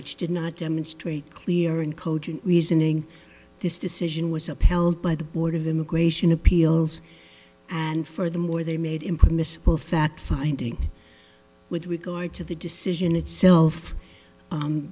which did not demonstrate clear and cogent reasoning this decision was upheld by the board of immigration appeals and furthermore they made him permissible fact finding with regard to the decision itself